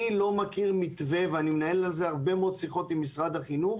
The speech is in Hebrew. אני לא מכיר מתווה ואני מנהל על זה הרבה מאוד שיחות עם משרד החינוך,